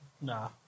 Nah